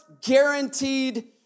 guaranteed